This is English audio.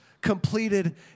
completed